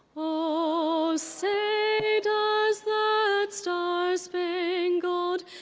o say does that star-spangled